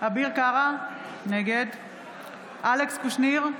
אביר קארה, נגד אלכס קושניר,